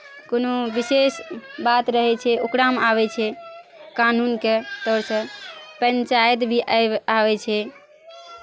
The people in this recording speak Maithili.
कोनो विशेष बात रहै छै ओकरामे आबै छै कानूनके तौरसँ पञ्चायत भी आबि आबै छै